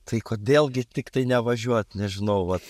tai kodėl gi tiktai nevažiuot nežinau vat